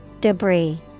Debris